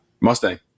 Mustang